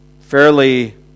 Fairly